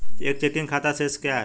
एक चेकिंग खाता शेष क्या है?